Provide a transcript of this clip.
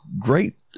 great